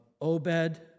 Obed